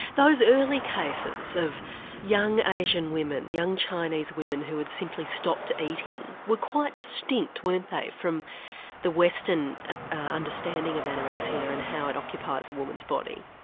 those early cases of young asian women, young chinese woman who had simply stopped eating were quite distinct, weren't they, from the western understanding of anorexia and how it occupies a woman's body.